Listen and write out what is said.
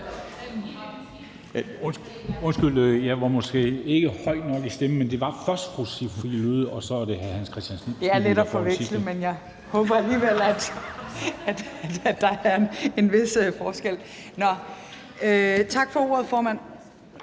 Tak for det, fru formand.